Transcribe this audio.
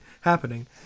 happening